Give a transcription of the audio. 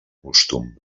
costum